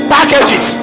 Packages